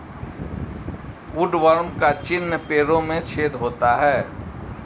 woodworm का चिन्ह पेड़ों में छेद होता है